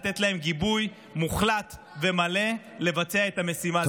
לתת להם גיבוי מוחלט ומלא לבצע את המשימה.